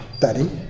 daddy